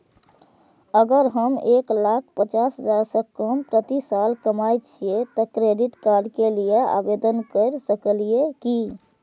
अगर हम एक लाख पचास हजार से कम प्रति साल कमाय छियै त क्रेडिट कार्ड के लिये आवेदन कर सकलियै की?